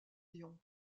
lions